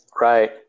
Right